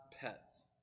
pets